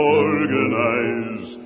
organize